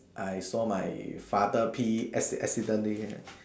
I saw my father pee accidentally